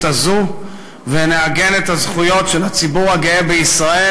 הזאת ונעגן את הזכויות של הציבור הגאה בישראל,